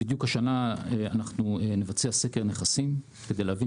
בדיוק השנה אנחנו נבצע סקר נכסים כדי להבין